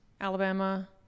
Alabama